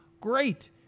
Great